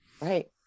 Right